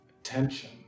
attention